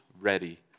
ready